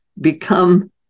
become